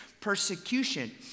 persecution